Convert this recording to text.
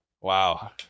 Wow